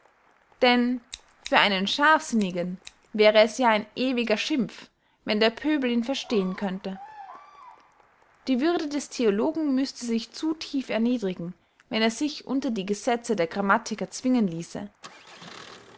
denn für einen scharfsinnigen wär es ja ein ewiger schimpf wenn der pöbel ihn verstehen könnte die würde des theologen müßte sich zu tief erniedrigen wenn er sich unter die gesetze der grammatiker zwingen liesse